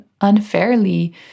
unfairly